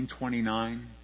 1929